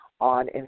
on